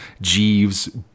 Jeeves